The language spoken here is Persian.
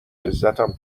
عزتم